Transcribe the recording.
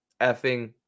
effing